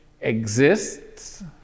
exists